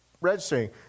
registering